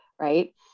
right